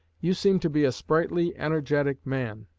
you seem to be a sprightly, energetic man.